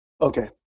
Okay